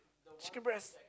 chicken breast